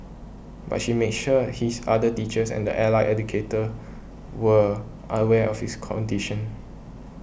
but she made sure his other teachers and the allied educator were aware of his condition